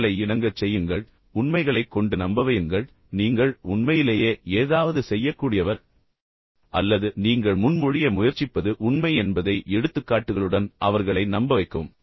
அவர்களை இணங்கச் செய்யுங்கள் உண்மைகளைக் கொண்டு அவர்களை நம்பவையுங்கள் நீங்கள் உண்மையிலேயே ஏதாவது செய்யக்கூடியவர் அல்லது நீங்கள் முன்மொழிய முயற்சிப்பது உண்மை என்பதை எடுத்துக்காட்டுகளுடன் அவர்களை நம்பவைக்கவும்